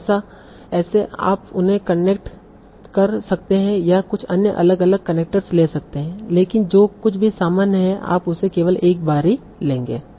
तो ऐसे आप उन्हें कनेक्ट कर सकते हैं या कुछ अन्य अलग अलग कनेक्टर्स ले सकते है लेकिन जो कुछ भी सामान्य है आप उसे केवल एक बार ही लेंगे